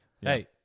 Hey